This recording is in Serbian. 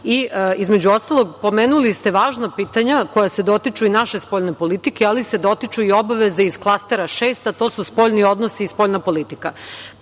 ostalog, pomenuli ste važna pitanja koja se dotiču i naše spoljne politike, ali se dotiču i obaveze iz klastera 6, a to su spoljni odnosi i spoljna